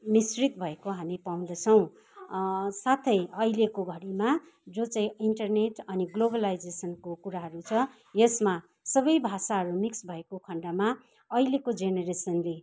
मिश्रित भएको हामी पाउँदछौँ साथै अहिलेको घडीमा जो चाहिँ इन्टरनेट अनि ग्लोबलाइजेसनको कुराहरू छ यसमा सबै भाषाहरू मिक्स भएको खण्डमा अहिलेको जोनरेसनले